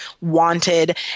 wanted